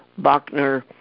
Bachner